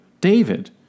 David